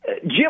Jim